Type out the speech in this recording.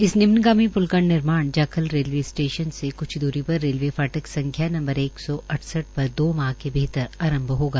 इस निम्न गामी पुल का निर्माण जाखल रेलवे स्टेशन से कुछ दूरी पर रेलवे फाटक संख्या नंबवार एक सौ अठसठ पर दो माह के भीतर आरंभ होगा